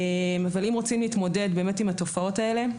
אבל אם רוצים להתמודד עם התופעות האלה,